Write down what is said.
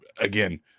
again